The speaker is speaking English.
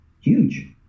Huge